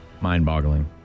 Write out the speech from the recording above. Mind-boggling